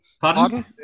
Pardon